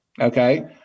okay